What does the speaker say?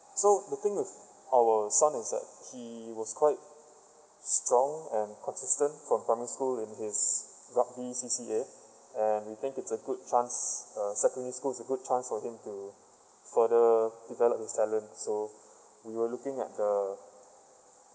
so looking with our son is that he was quite strong and consistent from primary in his roughly C_C_A and we think it's a good chance uh secondary school is a good chance for him to further develop his talent so we were looking at the